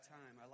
time